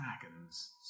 dragon's